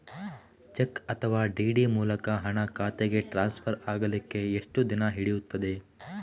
Check ಅಥವಾ DD ಮೂಲಕ ಹಣ ಖಾತೆಗೆ ಟ್ರಾನ್ಸ್ಫರ್ ಆಗಲಿಕ್ಕೆ ಎಷ್ಟು ದಿನ ಹಿಡಿಯುತ್ತದೆ?